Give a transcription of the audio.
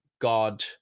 God